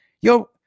Yo